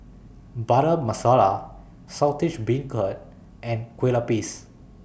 Butter Masala Saltish Beancurd and Kue Lupis